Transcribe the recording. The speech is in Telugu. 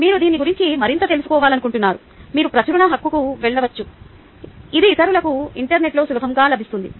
మీరు దీని గురించి మరింత తెలుసుకోవాలనుకుంటున్నారు మీరు ప్రచురణ హక్కుకు వెళ్ళవచ్చు ఇది ఇతరులకు ఇంటర్నెట్లో సులభంగా లభిస్తుంది